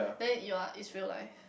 then you're it's real life